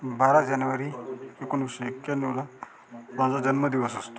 बारा जनवरी एकोणीसशे एक्याण्णवला माझा जन्मदिवस असतो